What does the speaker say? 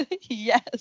Yes